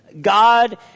God